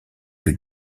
que